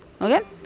Okay